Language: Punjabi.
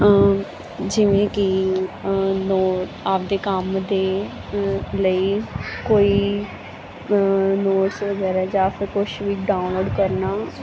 ਜਿਵੇਂ ਕਿ ਨੋ ਆਪਦੇ ਕੰਮ ਦੇ ਲਈ ਕੋਈ ਨੋਟਸ ਵਗੈਰਾ ਜਾਂ ਫਿਰ ਕੁਛ ਵੀ ਡਾਊਨਲੋਡ ਕਰਨਾ